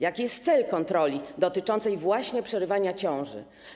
Jaki jest cel kontroli dotyczącej właśnie przerywania ciąży?